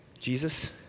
Jesus